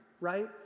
right